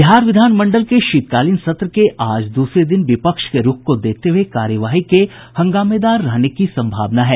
बिहार विधान मंडल के शीतकालीन सत्र के आज दूसरे दिन विपक्ष के रूख को देखते हुये कार्यवाही के हंगामेदार रहने की सम्भावना है